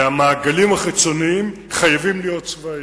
והמעגלים החיצוניים חייבים להיות צבאיים.